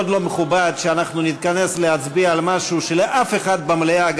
מאוד לא מכובד שאנחנו נתכנס להצביע על משהו שלאף אחד במליאה,